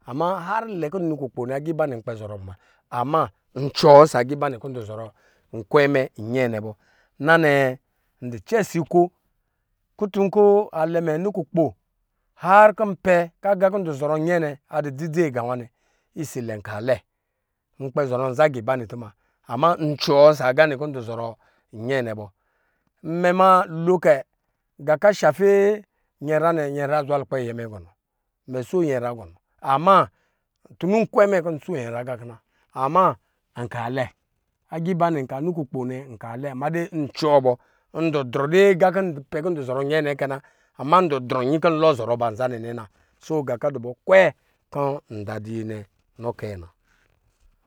Ama harlɛ kɔ nnɔ kukpo nɛ nkpɛ zɔrɔ muna ama ncuwɔ ɔsɔ aga ba nɛkɔ ndɔ zɔrɔ nkwɛ mɛ nyɛɛ nɛ bɔ na nɛɛ ndɔ cɛ si nko kutun kɔ alɛ mɛ nɔ kukpo har kɔ npɛ kɔ aga kɔ nzɔrɔ nyɛnɛ adɔ dzidzi aga nwa nɛ isiilɛ nkalɛ nkpɛ zɔrɔ nza gibanɛ tuma, ama ncuwɔ ɔsɔ aga nɛ kɔ ndɔ zɔrɔ nyɛ nɛ bɔ. Imɛ ma lokɛ gan kɔ asafe nyɛnyra nɛ nyɛn yra azwa lukpɛ mɛ gɔnɔ mɛ so nyɛnyra gɔnɔ ama tunu nkwɛ mɛ kɔ n so nyɛnyra mɛ ga kɔ na ama nka lɛ agiiba nɛ nka nɔ kukpo nɛ nka lɛ made ncuwɔ bɔ ndu drɔ de aga kɔ npɛ kɔ ndu zɔrɔ nyɛɛ nɛ kɛ na ama ndu drɔ nyin kɔ nyuwɔ zɔrɔ ba nzanɛ na so gankɔ a dubɔ kwɛ kɔ nda duyi nɛ kɛ nɛ.